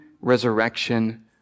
resurrection